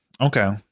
okay